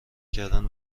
کردن